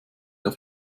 der